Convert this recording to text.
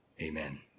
Amen